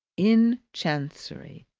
in chancery.